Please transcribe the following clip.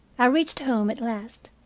i reached home at last,